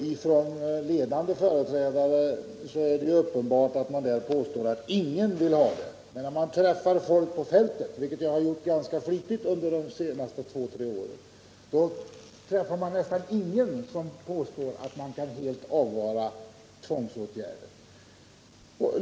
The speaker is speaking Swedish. Det är uppenbart att bland ledande före trädare för socialvården ingen vill ha tvång, men om man träffar folk på fältet — vilket jag har gjort ganska flitigt under de senaste två-tre åren — finner man nästan ingen som påstår att man kan helt undvara tvångsåtgärder.